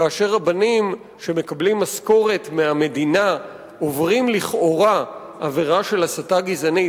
כאשר רבנים שמקבלים משכורת מהמדינה עוברים לכאורה עבירה של הסתה גזענית,